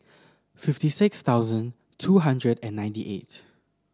fifty six thousand two hundred and ninety eight